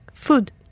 Food